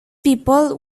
people